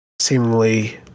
seemingly